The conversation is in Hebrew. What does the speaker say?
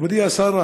מכובדי השר,